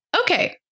okay